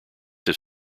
have